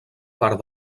part